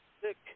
sick